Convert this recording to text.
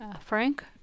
Frank